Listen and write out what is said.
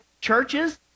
churches